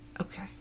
Okay